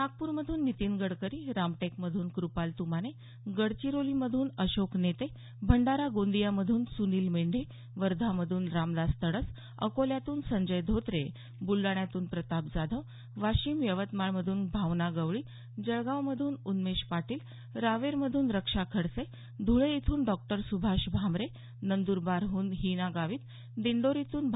नागपूरमधून नितीन गडकरी रामटेकमधून क्रपाल त्माने गडचिरोलीमधून अशोक नेते भंडारा गोंदिया मधून सुनिल मेंढे वर्धामधून रामदास तडस अकोल्यातून संजय धोत्रे बुलडाण्यातून प्रताप जाधव वाशिम यवतमाळमधून भावना गवळी जळगावमधून उन्मेष पाटील रावेर मधून रक्षा खडसे धुळे इथून डॉक्टर सुभाष भामरे नंद्रबारहून हिना गावीत दिंडोरीतून डॉ